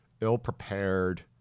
ill-prepared